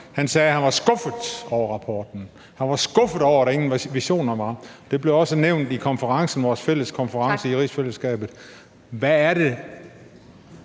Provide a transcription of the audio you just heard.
og sagde, at han var skuffet over rapporten. Han var skuffet over, at der ingen visioner var. Det blev også nævnt i vores fælles konference i rigsfællesskabet. Hvad er det,